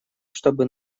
чтобы